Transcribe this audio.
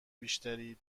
بیشتری